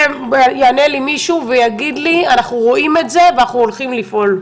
שיענה לי מישהו ויגיד לי: אנחנו רואים את זה ואנחנו הולכים לפעול.